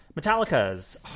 metallica's